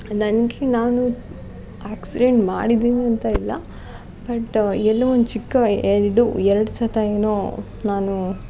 ನನಗೆ ನಾನು ಆಕ್ಸಿಡೆಂಟ್ ಮಾಡಿದ್ದೀನಿ ಅಂತ ಇಲ್ಲ ಬಟ್ ಎಲ್ಲೋ ಒಂದು ಚಿಕ್ಕ ಎರಡು ಎರಡು ಸತಿ ಏನೋ ನಾನು